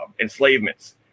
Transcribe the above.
enslavements